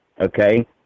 okay